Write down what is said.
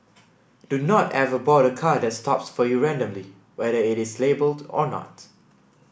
do not ever board a car that stops for you randomly whether it is labelled or not